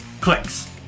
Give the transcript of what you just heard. clicks